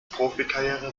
profikarriere